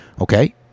Okay